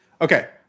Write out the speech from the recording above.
Okay